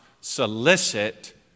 solicit